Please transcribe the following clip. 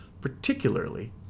particularly